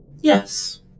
Yes